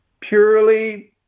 purely